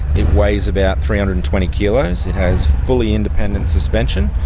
it weighs about three hundred and twenty kilos, it has fully independent suspension.